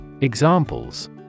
Examples